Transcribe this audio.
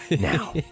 Now